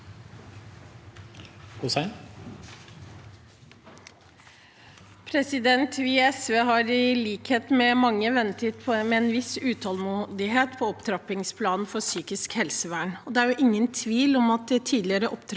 Vi i SV har i likhet med mange ventet med en viss utålmodighet på opptrappingsplanen for psykisk helsevern. Det er ingen tvil om at tidligere opptrappingsplaner